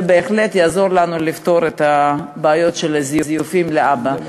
בהחלט יעזור לנו לפתור את הבעיות של הזיופים להבא.